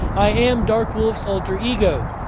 i am dark wolf's alter-ego.